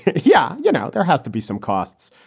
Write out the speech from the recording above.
yeah. you know, there has to be some costs.